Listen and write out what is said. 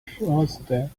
frosted